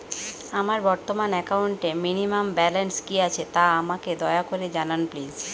আমার বর্তমান একাউন্টে মিনিমাম ব্যালেন্স কী আছে তা আমাকে দয়া করে জানান প্লিজ